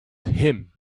him